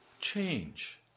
change